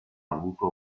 avuto